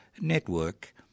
network